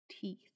teeth